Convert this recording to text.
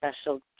special